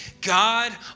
God